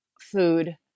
food